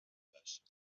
وحش